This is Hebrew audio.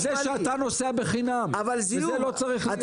אני מדבר אתך על זה שאתה נוסע בחינם וזה לא צריך להיות.